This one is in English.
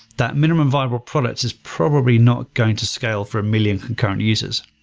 that minimum viable product is probably not going to scale for a million concurrent users.